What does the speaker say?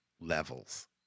levels